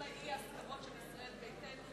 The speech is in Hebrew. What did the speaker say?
כל האי-הסכמות של ישראל ביתנו,